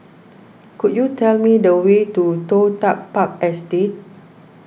could you tell me the way to Toh Tuck Park Estate